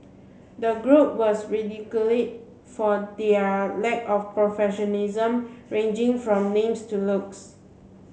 the group was radically for their lack of professionalism ranging from names to looks